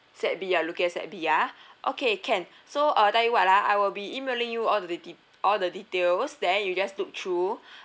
set B you are looking at set B ah okay can so uh I tell you what ah I will be emailing you all the de~ all the details then you just look through